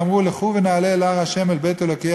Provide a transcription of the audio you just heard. ואמרו לכו ונעלה אל הר ה' אל בית אלוקי